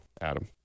Adam